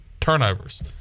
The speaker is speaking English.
turnovers